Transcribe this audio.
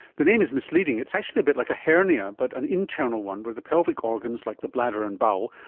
the name is misleading, it's actually a bit like a hernia but an internal one where the pelvic organs, like the bladder and bowel,